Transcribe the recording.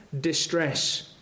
distress